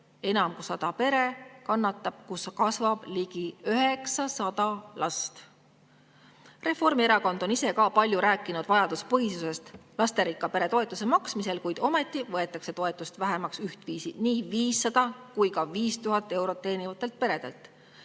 enam kui 100 peret, kus kasvab ligi 900 last. Reformierakond on ise ka palju rääkinud vajaduspõhisusest lasterikka pere toetuse maksmisel, kuid ometi võetakse toetust vähemaks ühtviisi nii 500 kui ka 5000 eurot teenivatelt